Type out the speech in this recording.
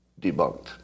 debunked